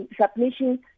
submission